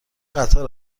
قطار